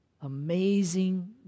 amazing